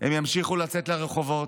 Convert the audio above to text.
הם ימשיכו לצאת לרחובות,